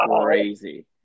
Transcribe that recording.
crazy